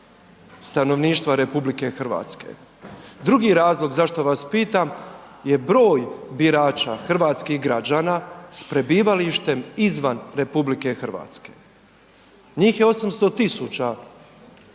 stanovništva RH? Drugi razlog zašto vas pitam je broj birača hrvatskih građana sa prebivalištem izvan RH. Njih je 800 000